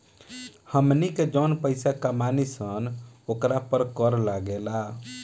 हमनी के जौन पइसा कमानी सन ओकरा पर कर लागेला